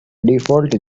default